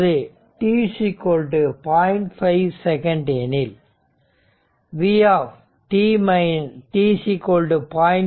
5 second எனில் vt 0